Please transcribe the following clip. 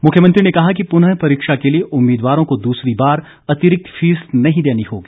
मुख्यमंत्री ने कहा कि पुनः परीक्षा के लिए उम्मीदवारों को दूसरी बार अतिरिक्त फीस नहीं देनी होगी